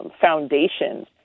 foundations